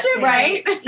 right